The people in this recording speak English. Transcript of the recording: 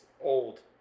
old